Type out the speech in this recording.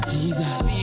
Jesus